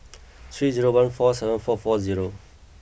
three zero one four seven four four zero